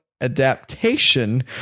Adaptation